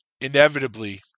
inevitably